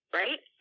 right